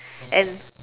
and